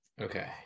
Okay